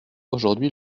aujourd’hui